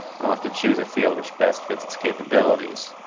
it'll have to choose a field which best fits its capabilities.